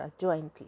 jointly